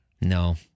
No